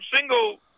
single